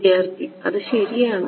വിദ്യാർത്ഥി അത് ശരിയാണ്